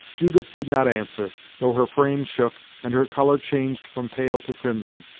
judith did not answer, though her frame shook, and her colour changed from pale to crimson,